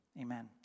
amen